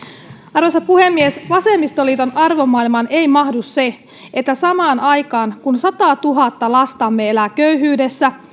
arvoisa puhemies vasemmistoliiton arvomaailmaan ei mahdu se että samaan aikaan kun satatuhatta lastamme elää köyhyydessä